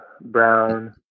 Brown